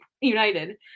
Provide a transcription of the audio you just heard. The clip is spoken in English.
United